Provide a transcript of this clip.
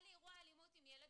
היה לי אירוע אלימות עם ילד,